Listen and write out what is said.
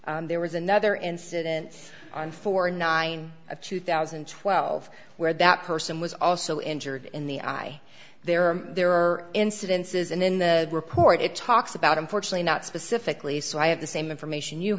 e there was another incidence on for nine of two thousand and twelve where that person was also injured in the eye there are there are incidences and in the report it talks about unfortunately not specifically so i have the same information you